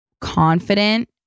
confident